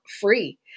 free